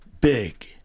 big